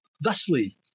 thusly